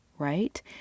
right